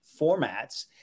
formats